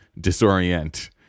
disorient